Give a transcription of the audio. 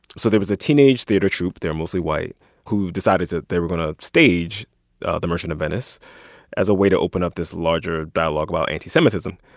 so there was a teenage theater troupe they're mostly white who decided that they were going to stage the merchant of venice as a way to open up this larger dialogue about anti-semitism.